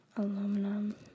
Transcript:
Aluminum